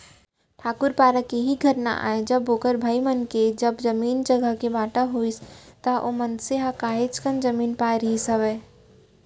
ठाकूर पारा के ही घटना आय जब ओखर भाई मन के जब जमीन जघा के बाँटा होइस त ओ मनसे ह काहेच कन जमीन पाय रहिस हावय